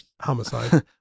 homicide